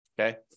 okay